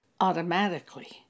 automatically